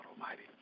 Almighty